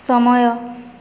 ସମୟ